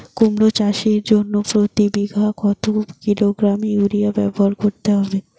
কুমড়ো চাষের জন্য প্রতি বিঘা কত কিলোগ্রাম ইউরিয়া ব্যবহার করতে হবে?